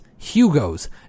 Hugos